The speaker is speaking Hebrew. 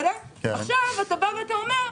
עכשיו אתה אומר: